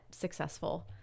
successful